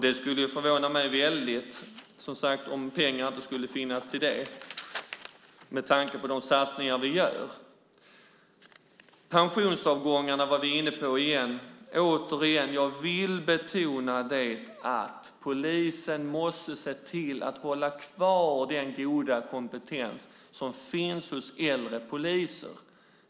Med tanke på de satsningar vi gör skulle det förvåna mig väldigt om det inte fanns pengar till det. Pensionsavgångarna var vi också inne på. Återigen vill jag betona att polisen måste se till att hålla kvar den goda kompetens som finns hos äldre poliser.